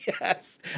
Yes